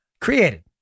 Created